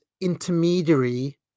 intermediary